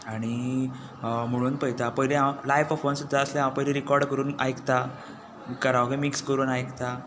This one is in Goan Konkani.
आनी म्हणून पळयता पयली हांव लायव परफोमंस सुद्दां आसल्यार रेकोड करून पयलीं आयकता कॅरावके मिक्स करून आयकता